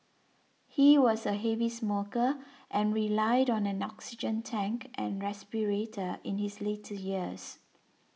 he was a heavy smoker and relied on an oxygen tank and respirator in his later years